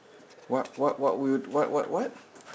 what what what will you what what what